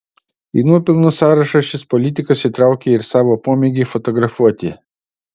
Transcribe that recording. į nuopelnų sąrašą šis politikas įtraukė ir savo pomėgį fotografuoti